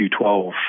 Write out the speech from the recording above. Q12